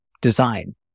design